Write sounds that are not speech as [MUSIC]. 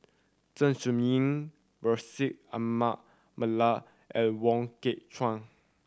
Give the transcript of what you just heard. Zeng Shouyin Bashir Ahmad Mallal and Wong Kah [UNINTELLIGIBLE]